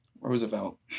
Roosevelt